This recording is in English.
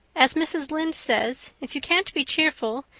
as mrs. lynde says, if you can't be cheerful,